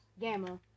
gamma